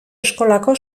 eskolako